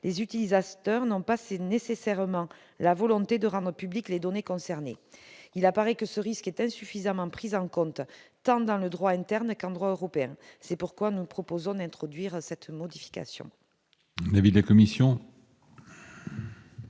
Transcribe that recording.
les utilisateurs n'ont pas nécessairement la volonté de rendre publiques les données concernées. Il apparaît que ce risque est insuffisamment pris en compte, tant dans le droit interne qu'en droit européen. C'est pourquoi nous proposons d'introduire cette modification.